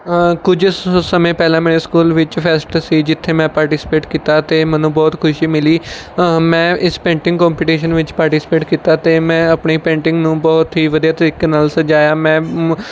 ਕੁਝ ਸ ਸਮੇਂ ਪਹਿਲਾਂ ਮੇਰੇ ਸਕੂਲ ਵਿੱਚ ਫੈਸਟ ਸੀ ਜਿੱਥੇ ਮੈਂ ਪਾਰਟੀਸਪੇਟ ਕੀਤਾ ਅਤੇ ਮੈਨੂੰ ਬਹੁਤ ਖੁਸ਼ੀ ਮਿਲੀ ਮੈਂ ਇਸ ਪੇਂਟਿੰਗ ਕੌਮਪੀਟੀਸ਼ਨ ਵਿੱਚ ਪਾਰਟੀਸਪੇਟ ਕੀਤਾ ਅਤੇ ਮੈਂ ਆਪਣੀ ਪੇਂਟਿੰਗ ਨੂੰ ਬਹੁਤ ਹੀ ਵਧੀਆ ਤਰੀਕੇ ਨਾਲ਼ ਸਜਾਇਆ ਮੈਂ